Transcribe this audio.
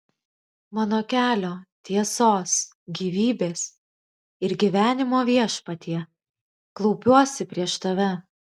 mano kelio tiesos gyvybės ir gyvenimo viešpatie klaupiuosi prieš tave